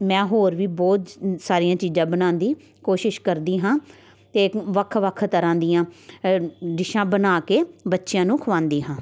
ਮੈਂ ਹੋਰ ਵੀ ਬਹੁਤ ਸਾਰੀਆਂ ਚੀਜ਼ਾਂ ਬਣਾਉਣ ਦੀ ਕੋਸ਼ਿਸ਼ ਕਰਦੀ ਹਾਂ ਅਤੇ ਵੱਖ ਵੱਖ ਤਰ੍ਹਾਂ ਦੀਆਂ ਡਿਸ਼ਾਂ ਬਣਾ ਕੇ ਬੱਚਿਆਂ ਨੂੰ ਖਵਾਉਂਦੀ ਹਾਂ